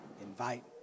invite